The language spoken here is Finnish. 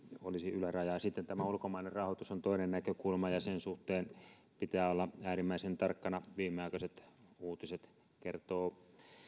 olisi ylärajaa sitten tämä ulkomainen rahoitus on toinen näkökulma ja sen suhteen pitää olla äärimmäisen tarkkana viimeaikaiset uutiset kertovat